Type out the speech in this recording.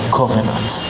covenant